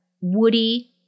woody